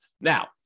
Now